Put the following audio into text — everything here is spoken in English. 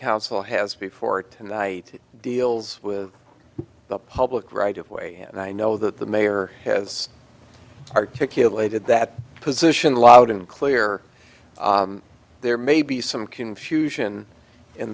council has before tonight deals with the public right of way and i know that the mayor has articulated that position loud and clear there may be some confusion in